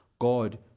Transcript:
God